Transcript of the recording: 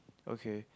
okay